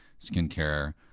skincare